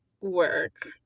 work